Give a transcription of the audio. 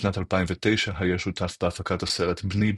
בשנת 2009 היה שותף בהפקת הסרט "בני,